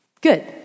Good